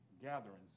gatherings